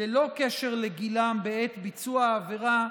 ללא קשר לגילם בעת ביצוע העבירה,